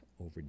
over